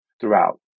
throughout